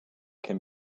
can